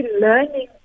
learning